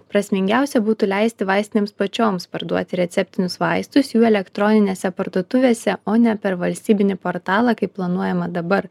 prasmingiausia būtų leisti vaistinėms pačioms parduoti receptinius vaistus jų elektroninėse parduotuvėse o ne per valstybinį portalą kaip planuojama dabar